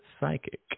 psychic